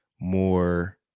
more